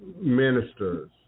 ministers